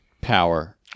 power